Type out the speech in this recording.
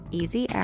easy